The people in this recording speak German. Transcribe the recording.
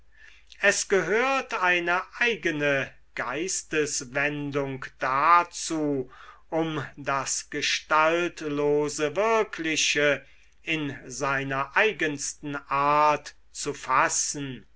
es gehört eine eigene geisteswendung dazu um das gestaltlose wirkliche in seiner eigensten art zu fassen